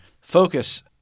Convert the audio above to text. focus